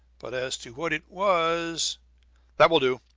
but as to what it was that will do.